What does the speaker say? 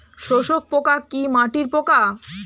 শোষক পোকা কি মাটির পোকা?